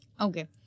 Okay